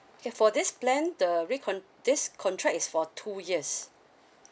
K for this plan the recon~ this contract is for two years